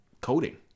coding